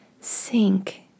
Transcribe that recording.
sink